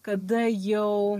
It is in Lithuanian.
kada jau